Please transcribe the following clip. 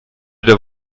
der